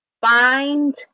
find